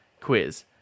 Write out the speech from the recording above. quiz